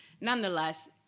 Nonetheless